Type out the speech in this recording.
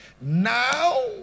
Now